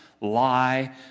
lie